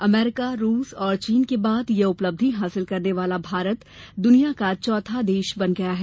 America रूस और चीन के बाद यह उपलब्धि हासिल करने वाला भारत दुनिया का चौथा देश बन गया है